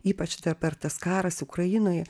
ypač dabar tas karas ukrainoj